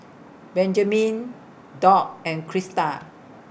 Benjamine Doc and Crysta